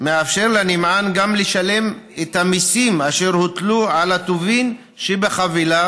מאפשר לנמען גם לשלם את המיסים אשר הוטלו על הטובין שבחבילה,